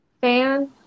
fan